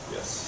Yes